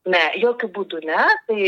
ne jokiu būdu ne tai